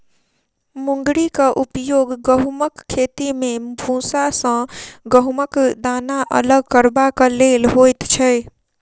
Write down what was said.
मुंगरीक उपयोग गहुमक खेती मे भूसा सॅ गहुमक दाना अलग करबाक लेल होइत छै